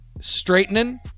Straightening